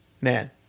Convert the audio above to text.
Man